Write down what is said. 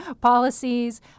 policies